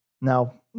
Now